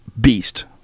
beast